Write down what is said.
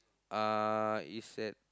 uh it's at